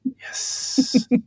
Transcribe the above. Yes